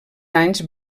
anys